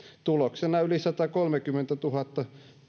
tuloksena yli satakolmekymmentätuhatta